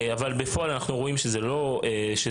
אבל בפועל אנחנו רואים שזה לא עובד,